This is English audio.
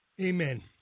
Amen